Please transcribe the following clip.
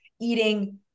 eating